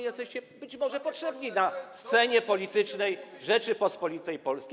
Jesteście być może potrzebni na scenie politycznej Rzeczypospolitej Polskiej.